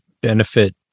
benefit